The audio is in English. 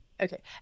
Okay